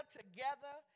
together